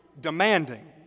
demanding